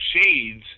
shades